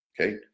Okay